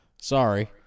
Sorry